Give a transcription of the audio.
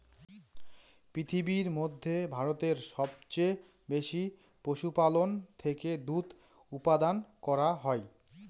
পৃথিবীর মধ্যে ভারতে সবচেয়ে বেশি পশুপালন থেকে দুধ উপাদান করা হয়